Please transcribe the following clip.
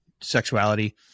sexuality